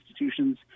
institutions